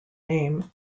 name